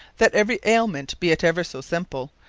that every aliment be it never so simple,